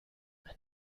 ein